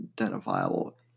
identifiable